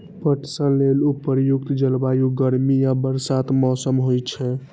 पटसन लेल उपयुक्त जलवायु गर्मी आ बरसातक मौसम होइ छै